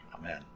amen